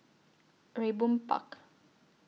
Raeburn Park